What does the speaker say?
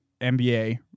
NBA